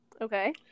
Okay